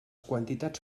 quantitats